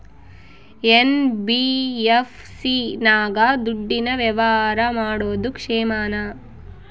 NBFC ನಾಗ ದುಡ್ಡಿನ ವ್ಯವಹಾರ ಮಾಡೋದು ಕ್ಷೇಮಾನ?